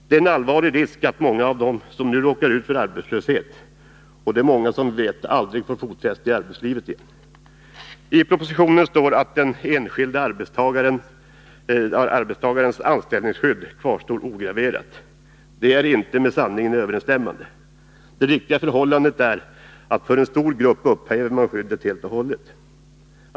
Det är en allvarlig risk att många av dem som nu råkar ut för arbetslöshet — och det är, som ni vet, många — aldrig får fotfäste i arbetslivet igen. I propositionen sägs att den enskilde arbetstagarens anställningsskydd kvarstår ograverat. Det är inte med sanningen överensstämmande. Det riktiga förhållandet är att man för en stor grupp upphäver skyddet helt och hållet.